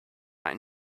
might